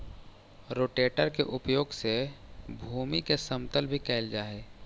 rotator के उपयोग से भूमि के समतल भी कैल जा हई